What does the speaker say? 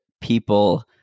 people